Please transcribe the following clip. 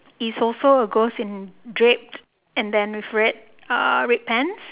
is also a ghost in draped and then with red uh red pants